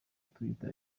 twitter